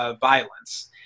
violence